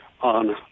on